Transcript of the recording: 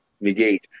negate